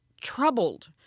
troubled